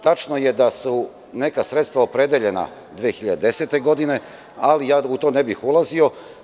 Tačno je da su neka sredstva opredeljena 2010. godine, ali u to ne bi ulazio.